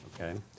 Okay